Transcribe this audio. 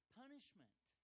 punishment